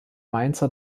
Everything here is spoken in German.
mainzer